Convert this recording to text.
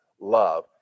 love